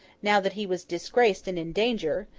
now that he was disgraced and in danger,